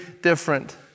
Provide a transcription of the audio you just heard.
different